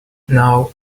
now